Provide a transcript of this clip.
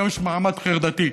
היום יש מעמד חרדתי.